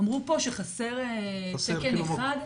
אמרו פה שחסר תקן אחד.